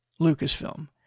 Lucasfilm